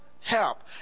help